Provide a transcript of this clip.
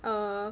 err